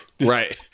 Right